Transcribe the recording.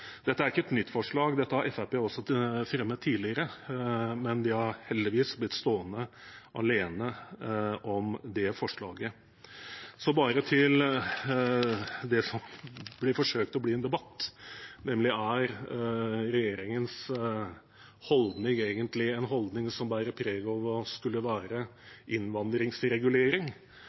Dette er ikke et nytt forslag, dette har Fremskrittspartiet også fremmet tidligere, men de har – heldigvis – blitt stående alene om det forslaget. Så bare til det som blir forsøkt gjort til en debatt, nemlig om regjeringens holdning egentlig er en holdning som bærer preg av å skulle være innvandringsregulering